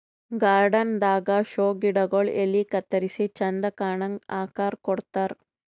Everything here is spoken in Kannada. ಗಾರ್ಡನ್ ದಾಗಾ ಷೋ ಗಿಡಗೊಳ್ ಎಲಿ ಕತ್ತರಿಸಿ ಚಂದ್ ಕಾಣಂಗ್ ಆಕಾರ್ ಕೊಡ್ತಾರ್